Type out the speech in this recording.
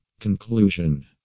Conclusion